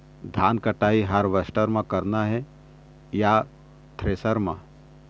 धान कटाई हारवेस्टर म करना ये या थ्रेसर म?